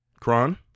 Kron